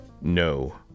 no